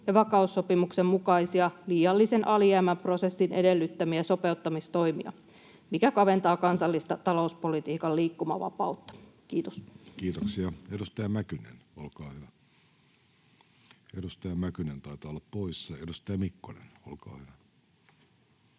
ja vakaussopimuksen mukaisia liiallisen alijäämän prosessin edellyttämiä sopeuttamistoimia, mikä kaventaa kansallista talouspolitiikan liikkumavapautta. — Kiitos. Kiitoksia. — Edustaja Mäkynen, olkaa hyvä. Edustaja Mäkynen taitaa olla poissa. — Edustaja Mikkonen, olkaa hyvä.